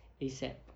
ASAP